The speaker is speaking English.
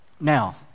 Now